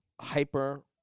hyper-